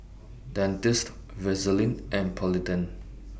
Dentiste Vaselin and Polident